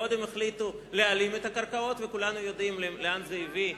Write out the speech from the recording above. קודם החליטו להלאים את הקרקעות וכולנו יודעים לאן זה הביא,